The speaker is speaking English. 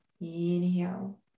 inhale